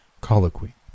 colloquy